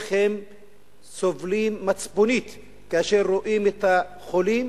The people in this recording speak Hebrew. איך הם סובלים מצפונית כאשר רואים את החולים